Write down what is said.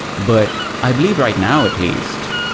but i believe right now at least,